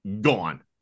gone